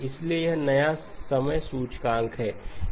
इसलिए यह नया समय सूचकांक है